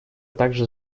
также